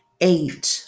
eight